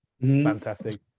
Fantastic